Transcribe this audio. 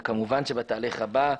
וכמובן שבתהליך הבא,